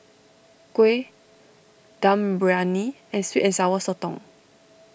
Kuih Dum Briyani and Sweet and Sour Sotong